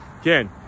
again